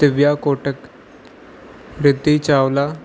Divya Kotak Riti Chawla